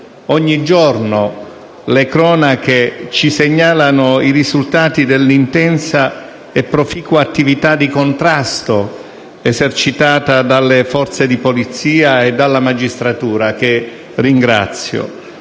Ogni giorno le cronache ci segnalano i risultati dell'intensa e proficua attività di contrasto esercitata dalle forze di polizia e dalla magistratura, che ringrazio,